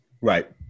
Right